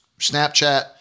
Snapchat